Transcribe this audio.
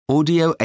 Audio